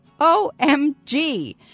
OMG